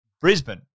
Brisbane